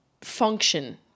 function